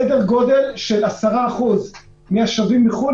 מדובר על סדר גודל של 10% מהשבים לחו"ל